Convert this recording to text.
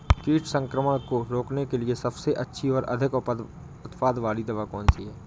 कीट संक्रमण को रोकने के लिए सबसे अच्छी और अधिक उत्पाद वाली दवा कौन सी है?